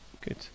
good